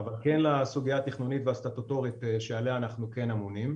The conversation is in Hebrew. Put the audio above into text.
אבל כן לסוגייה התכנונית והסטטוטורית שעליה אנחנו כן אמונים.